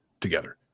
together